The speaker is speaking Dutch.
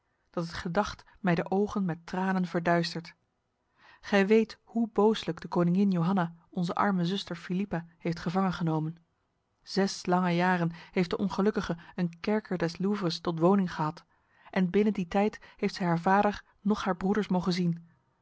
dat het gedacht mij de ogen met tranen verduistert gij weet hoe booslijk de koningin johanna onze arme zuster philippa heeft gevangengenomen zes lange jaren heeft de ongelukkige een kerker des louvres tot woning gehad en binnen die tijd heeft zij haar vader noch haar broeders mogen zien